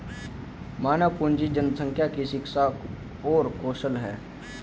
मानव पूंजी जनसंख्या की शिक्षा और कौशल है